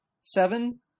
Seven